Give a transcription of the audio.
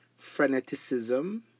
freneticism